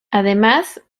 además